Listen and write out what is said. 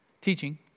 teaching